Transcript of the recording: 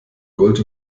gold